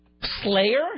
Slayer